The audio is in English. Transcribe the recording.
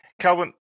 Calvin